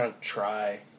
Try